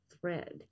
thread